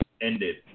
ended